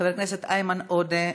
חבר הכנסת איימן עודה,